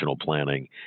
planning